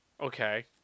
Okay